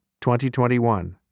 2021